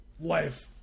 life